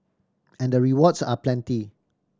and the rewards are plenty